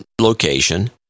location